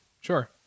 sure